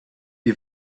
die